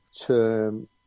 term